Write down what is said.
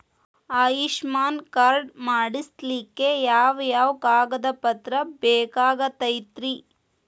Ayushman card ಮಾಡ್ಸ್ಲಿಕ್ಕೆ ಯಾವ ಯಾವ ಕಾಗದ ಪತ್ರ ಬೇಕಾಗತೈತ್ರಿ?